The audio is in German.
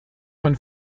von